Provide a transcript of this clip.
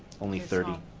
only thirty.